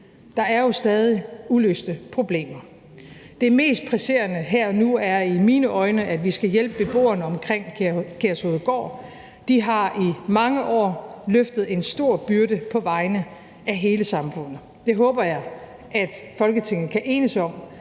Der er jo stadig uløste problemer. Det mest presserende her og nu er i mine øjne, at vi skal hjælpe beboerne omkring Kærshovedgård; de har i mange år løftet en stor byrde på vegne af hele samfundet. Det håber jeg at Folketinget kan enes om,